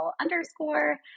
underscore